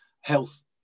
health